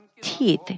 teeth